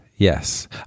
Yes